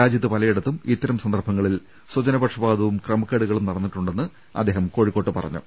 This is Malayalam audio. രാജ്യത്ത് പലയിടത്തും ഇത്തരം സന്ദർഭങ്ങളിൽ സ്വജന പക്ഷപാതവും ക്രമക്കേടുകളും നടന്നിട്ടുണ്ടെന്ന് അദ്ദേഹം കോഴിക്കോട്ട് പറഞ്ഞു